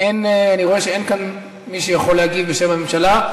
אני רואה שאין כאן מי שיכול להגיב בשם הממשלה.